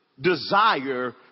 desire